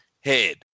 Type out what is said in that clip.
head